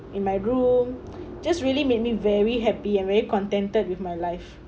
in my room just really made me very happy and very contented with my life